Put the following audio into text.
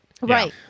Right